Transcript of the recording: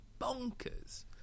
bonkers